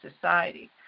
society